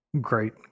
great